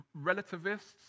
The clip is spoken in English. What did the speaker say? relativists